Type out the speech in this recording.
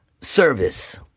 service